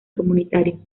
comunitarios